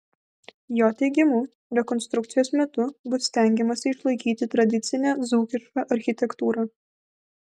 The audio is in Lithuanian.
jo teigimu rekonstrukcijos metu bus stengiamasi išlaikyti tradicinę dzūkišką architektūrą